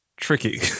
tricky